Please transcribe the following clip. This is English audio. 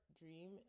dream